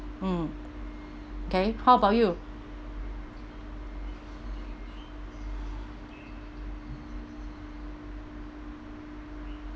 mm okay how about you